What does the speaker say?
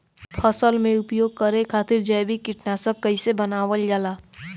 फसल में उपयोग करे खातिर जैविक कीटनाशक कइसे बनावल जाला?